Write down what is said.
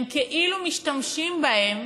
הם משתמשים בהם